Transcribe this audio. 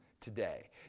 today